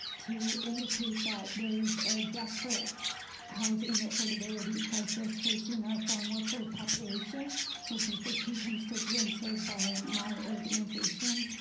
to indicate that there's a desperate housing you know affordability crisis facing our farmworker population which is the key constituent served by my organization.